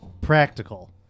practical